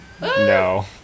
No